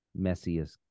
messiest